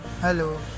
hello